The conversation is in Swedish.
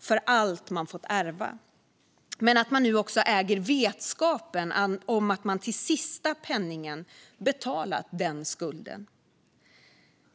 för allt man fått ärva men att man nu också äger vetskapen om att man till sista penningen betalat den skulden.